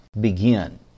begin